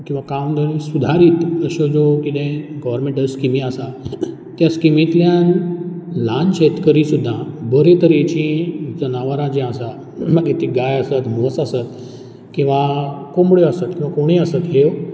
किंवा कामधनी सुदारीत अश्यो ज्यो कितें गॉवरमँटाचे स्किमी आसात किंवां स्किमींतल्यान ल्हान शेतकरी सुद्दां बरे तरेचीं जनावरां जीं आसा मागीर ती गाय आसत म्हस आसत किंवा कोंबड्यो आसत किंवां कोणीय आसत ह्यो